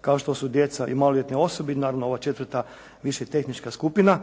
kao što su djeca i maloljetne osobe i naravno ova četvrta više tehnička skupina.